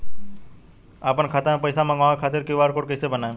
आपन खाता मे पईसा मँगवावे खातिर क्यू.आर कोड कईसे बनाएम?